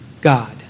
God